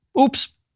Oops